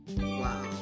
wow